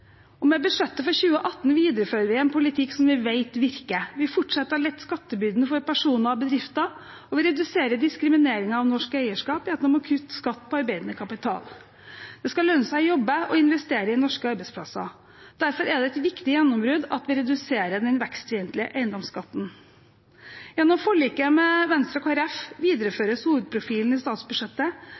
befolkning. Med budsjettet for 2018 viderefører vi en politikk som vi vet virker. Vi fortsetter å lette skattebyrden for personer og bedrifter, og vi reduserer diskrimineringen av norsk eierskap gjennom å kutte skatt på arbeidende kapital. Det skal lønne seg å jobbe og investere i norske arbeidsplasser. Derfor er det et viktig gjennombrudd at vi reduserer den vekstfiendtlige eiendomsskatten. Gjennom forliket med Venstre og Kristelig Folkeparti videreføres hovedprofilen i statsbudsjettet,